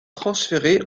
transférée